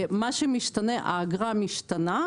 מה שמשתנה הוא שהאגרה משתנה,